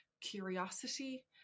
curiosity